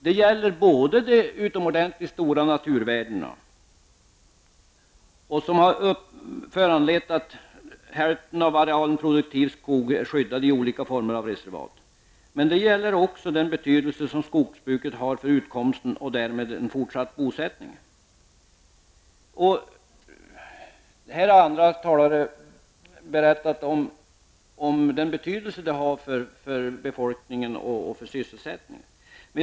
Det gäller de utomordentligt stora naturvärdena, som föranlett att hälften av arealen produktiv skog är skyddad i olika former av reservat, men det gäller också den betydelse som skogsbruket har för utkomsten och därmed den fortsatta bosättningen. Andra talare har berättat om den betydelse det har för befolkningen och sysselsättningen.